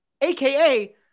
aka